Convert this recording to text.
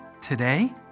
Today